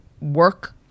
work